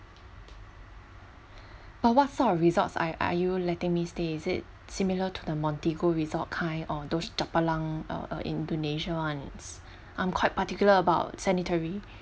but what sort of resorts are are you letting me stay is it similar to the montigo resort kind or those chapalang uh indonesia ones I'm quite particular about sanitary